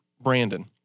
Brandon